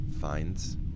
finds